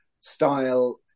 style